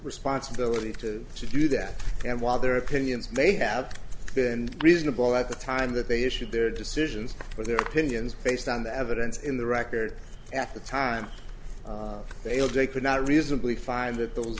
responsibility to to do that and while their opinions may have been reasonable at the time that they issued their decisions but their opinions based on the evidence in the record at the time failed they could not reasonably find that those